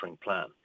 plan